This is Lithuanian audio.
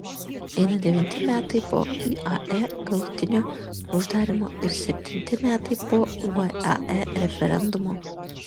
eina devinti metai po iae galutinio uždarymo ir septinti metai po vae referendumo